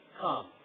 come